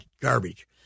garbage